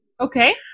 Okay